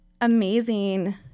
amazing